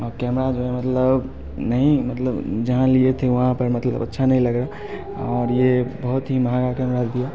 camera जो है मतलब नहीं मतलब जहाँ लिए थे वहाँ पर मतलब अच्छा नहीं लगा और ये बहुत ही महंगा कैमरा दिया